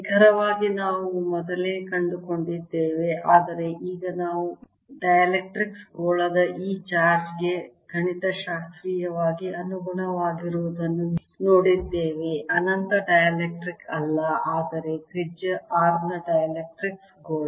ನಿಖರವಾಗಿ ನಾವು ಮೊದಲೇ ಕಂಡುಕೊಂಡಿದ್ದೇವೆ ಆದರೆ ಈಗ ನಾವು ಈ ಡೈಎಲೆಕ್ಟ್ರಿಕ್ಸ್ ಗೋಳದ ಈ ಚಾರ್ಜ್ ಗೆ ಗಣಿತಶಾಸ್ತ್ರೀಯವಾಗಿ ಅನುಗುಣವಾಗಿರುವುದನ್ನು ನೋಡಿದ್ದೇವೆ ಅನಂತ ಡೈಎಲೆಕ್ಟ್ರಿಕ್ ಅಲ್ಲ ಆದರೆ ತ್ರಿಜ್ಯ r ನ ಡೈಎಲೆಕ್ಟ್ರಿಕ್ಸ್ ಗೋಳ